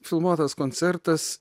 filmuotas koncertas